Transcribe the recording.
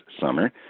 summer